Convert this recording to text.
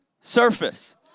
surface